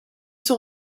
sont